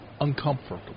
uncomfortable